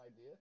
idea